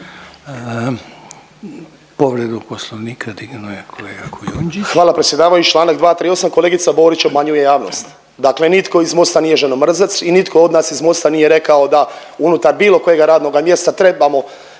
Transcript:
Povredu Poslovnika dignuo je kolega Kujundžić. **Kujundžić, Ante (MOST)** Hvala predsjedavajući, čl. 238. Kolegica Borić obmanjuje javnost. Dakle nitko iz Mosta nije ženomrzac i nitko od nas iz Mosta nije rekao da unutar bilo kojega radnoga mjesta trebamo